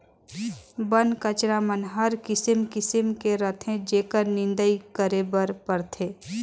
बन कचरा मन हर किसिम किसिम के रहथे जेखर निंदई करे बर परथे